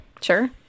sure